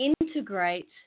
integrate